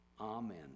Amen